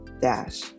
dash